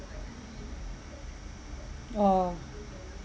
oh